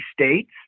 states